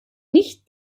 nicht